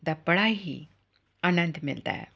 ਦਾ ਬੜਾ ਹੀ ਆਨੰਦ ਮਿਲਦਾ